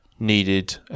needed